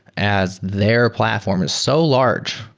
as their platform is so large,